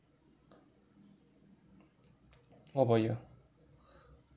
what about you